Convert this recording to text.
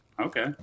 Okay